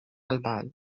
albal